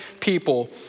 people